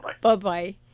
Bye-bye